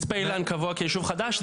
מצפה אילן קבוע כיישוב חדש,